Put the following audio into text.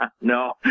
no